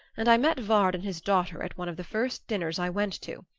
and i met vard and his daughter at one of the first dinners i went to.